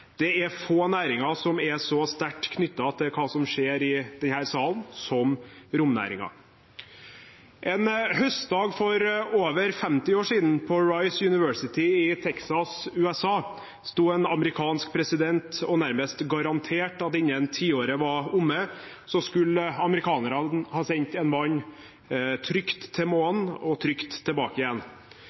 Det er få næringer som er så sterkt knyttet til hva som skjer i denne salen, som romnæringen. En høstdag for over 50 år siden, på Rice University i Texas, USA, sto en amerikansk president og nærmest garanterte at innen tiåret var omme, skulle amerikanerne ha sendt en mann trygt til månen og trygt tilbake igjen.